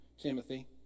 Timothy